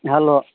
hello